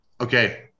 okay